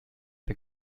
the